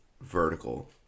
vertical